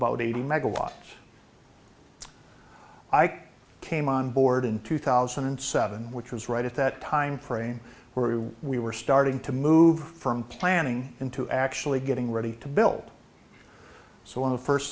about eighty megawatts i came on board in two thousand and seven which was right at that time frame where we were starting to move from planning into actually getting ready to build so on the first